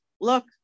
look